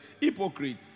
hypocrite